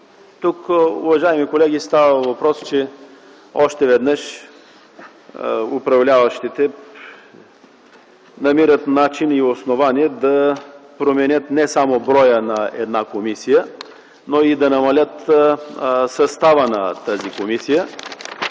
Тук става въпрос, че още веднъж управляващите намират начин и основание да променят не само броя на членовете на една комисия, но и да намалят състава на тази комисия.